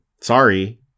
sorry